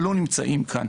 שלא נמצאים כאן,